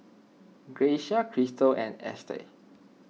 Grecia Kristal and Estes